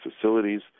facilities